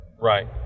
Right